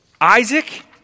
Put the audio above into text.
Isaac